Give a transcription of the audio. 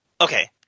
Okay